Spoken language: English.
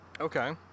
Okay